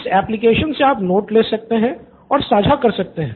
इस एप्लिकेशन से आप नोट्स ले सकते है और साझा कर सकते हैं